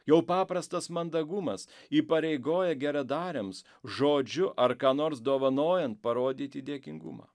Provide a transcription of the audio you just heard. jau paprastas mandagumas įpareigoja geradariams žodžiu ar ką nors dovanojant parodyti dėkingumą